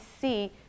see